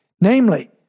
namely